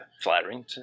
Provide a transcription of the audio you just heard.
flattering